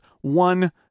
one